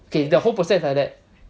okay the whole process is like that